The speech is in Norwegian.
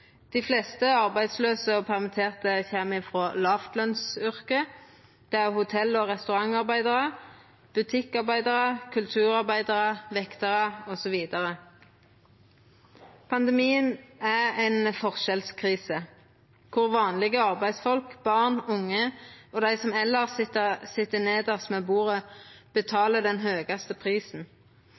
Dei fleste arbeidslause og permitterte kjem frå låglønsyrke. Det er hotell- og restaurantarbeidarar, butikkarbeidarar, kulturarbeidarar, vektarar osv. Pandemien er ei forskjellskrise kor vanlege arbeidsfolk, barn, unge og dei som elles sit nedst ved bordet, betaler den høgaste prisen.